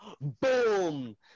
boom